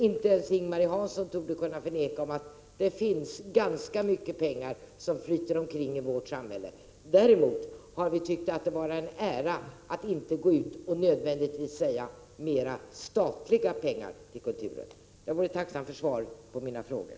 Inte ens Ing-Marie Hansson torde kunna förneka att ganska mycket pengar flyter omkring i vårt samhälle. Däremot vill vi inte bara säga ”mera statliga pengar till kulturen”. Jag vore tacksam för svar på mina frågor.